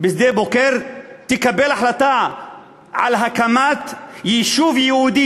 בשדה-בוקר מקבלת החלטה על הקמת יישוב יהודי